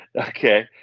Okay